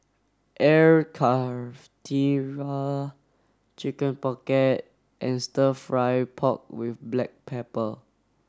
Air Karthira Chicken Pocket and stir fry pork with black pepper